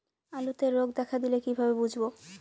আলুতে রোগ দেখা দিলে কিভাবে বুঝবো?